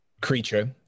creature